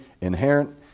inherent